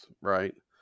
right